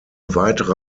weitere